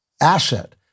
asset